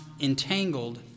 entangled